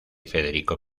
federico